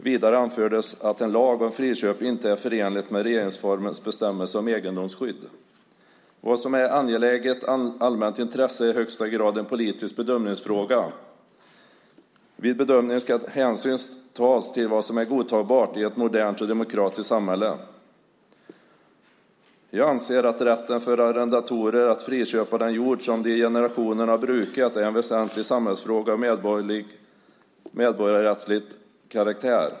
Vidare anfördes att en lag om friköp inte är förenlig med regeringsformens bestämmelser om egendomsskydd. Vad som är ett angeläget allmänt intresse är i högsta grad en politisk bedömningsfråga. Vid bedömningen ska hänsyn tas till vad som är godtagbart i ett modernt och demokratiskt samhälle. Jag anser att rätten för arrendatorer att friköpa den jord som de i generationer har brukat är en väsentlig samhällsfråga av medborgarrättslig karaktär.